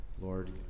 Lord